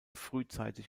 frühzeitig